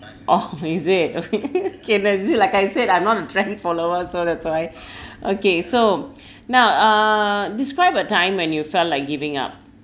oh is it kay that's it like I said I'm not a trend follower so that's why okay so now uh describe a time when you felt like giving up